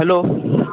hello